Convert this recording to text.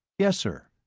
yes, sir.